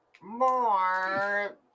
more